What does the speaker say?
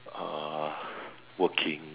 uh working